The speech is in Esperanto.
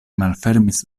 malfermis